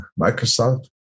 microsoft